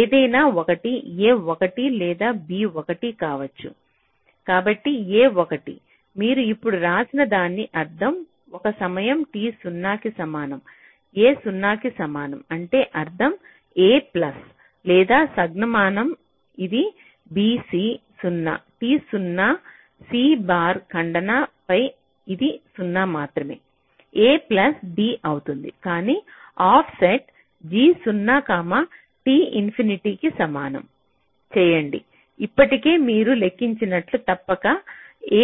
ఏదైనా 1 a 1 లేదా b 1 కావచ్చు కాబట్టి a 1 మీరు ఇప్పుడు రాసిన దాని అర్థం ఒక సమయం t 0 కి సమానం a 0 సమానం అంటే అర్థం a ప్లస్ లేదా సంజ్ఞామానం ఇది bc 0 t 0 c బార్ ఖండన ఫై ఇది 0 మాత్రమే a ప్లస్ b అవుతుంది కానీ ఆఫ్సెట్ g0 t ఇన్ఫినిటీ సమానం చేయండి ఇప్పటికే మీరు లెక్కించినట్లు తప్పక a plus b plus not c